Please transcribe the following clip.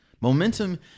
Momentum